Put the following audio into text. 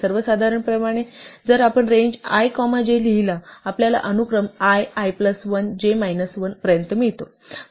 सर्वसाधारणपणे जर आपण रेंज i कॉमा j लिहला आपल्याला अनुक्रम i i1 j मायनस 1 पर्यंत मिळतो